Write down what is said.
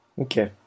okay